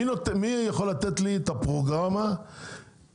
מי יכול לתת לי את הפרוגרמה בעיירות